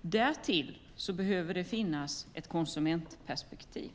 Därtill behöver det finnas ett konsumentperspektiv.